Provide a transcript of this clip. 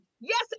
yes